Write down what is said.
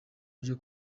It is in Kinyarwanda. ryo